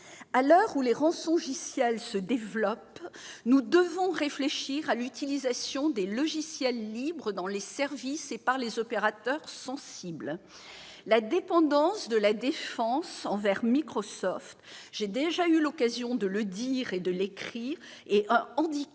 À l'heure où les « rançongiciels » se développent, nous devons réfléchir à l'utilisation des logiciels libres dans les services et par les opérateurs sensibles. La dépendance de la défense envers Microsoft, j'ai déjà eu l'occasion de le dire et de l'écrire, est un handicap,